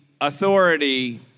authority